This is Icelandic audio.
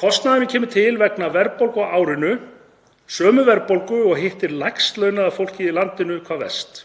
Kostnaðurinn kemur til vegna verðbólgu á árinu, sömu verðbólgu og hittir lægst launaða fólkið í landinu hvað verst.